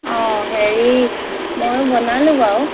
অ হেৰি ময়ো বনালোঁ বাৰু